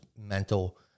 mental